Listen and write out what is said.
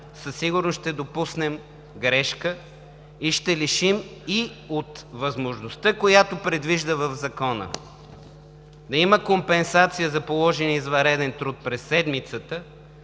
със сигурност ще допуснем грешка и ще лишим и от възможността, която предвижда в Закона, да има компенсация за положен извънреден труд през седмицата